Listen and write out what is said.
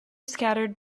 scattered